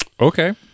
Okay